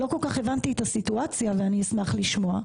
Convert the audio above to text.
לא כל כך הבנתי את הסיטואציה ואני אשמח לשמוע.